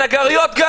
נגריות.